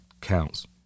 counts